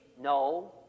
No